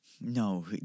No